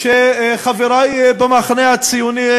שחברי במחנה הציוני,